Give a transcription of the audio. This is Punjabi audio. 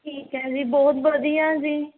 ਠੀਕ ਹੈ ਜੀ ਬਹੁਤ ਵਧੀਆ ਜੀ